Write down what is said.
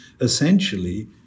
essentially